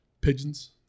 pigeons